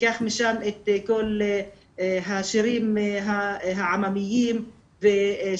ניקח משם את כל השירים העממיים שהתלמידים